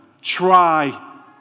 try